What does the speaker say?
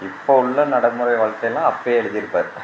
இப்போது உள்ள நடைமுறை காலத்தெல்லாம் அப்போயே எழுதியிருப்பாரு